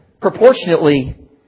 proportionately